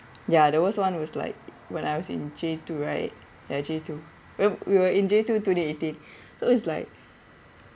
ya there was one was like when I was in J two right ya J two when we were in J two twenty eighteen so it's like